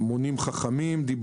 גם על מונים חכמים דיברו.